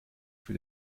für